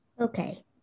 okay